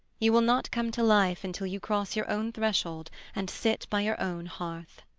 you will not come to life until you cross your own threshold and sit by your own hearth.